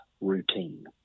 routine